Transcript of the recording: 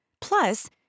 Plus